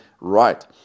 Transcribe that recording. right